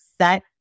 set